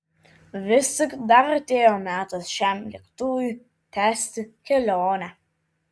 vis tik dabar atėjo metas šiam lėktuvui tęsti kelionę